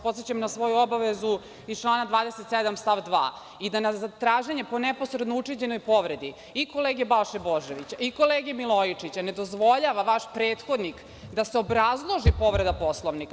Podsećam vas na svoju obavezu iz člana 27. stav 2. i traženje po neposredno učinjenoj povredi i kolege Balše Božovića i kolega Milojičića ne dozvoljava vaš prethodnih da se obrazloži povreda Poslovnika.